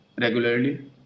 regularly